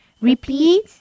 Repeat